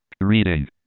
Reading